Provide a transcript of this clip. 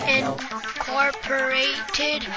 incorporated